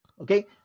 Okay